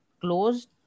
closed